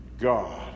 God